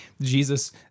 Jesus